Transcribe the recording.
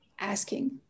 asking